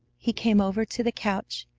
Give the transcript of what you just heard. he came over to the couch,